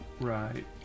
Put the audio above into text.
Right